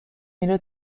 میره